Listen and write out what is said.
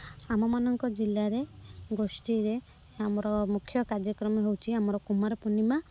ଆମ ମାନଙ୍କ ଜିଲ୍ଲାରେ ଗୋଷ୍ଠୀରେ ଆମର ମୁଖ୍ୟ କାର୍ଯ୍ୟକ୍ରମ ହେଉଛି ଆମର କୁମାର ପୂର୍ଣ୍ଣିମା